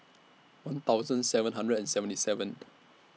one thousand seven hundred and seventy seven